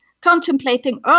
contemplating